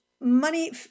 money